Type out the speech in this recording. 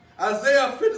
Isaiah